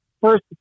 first